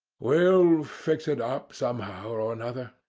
we'll fix it up somehow or another.